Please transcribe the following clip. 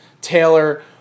Taylor